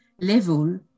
level